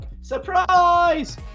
SURPRISE